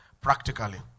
practically